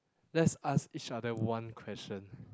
let's ask each other one question